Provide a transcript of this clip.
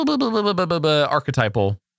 archetypal